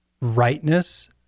rightness